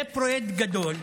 זה פרויקט גדול,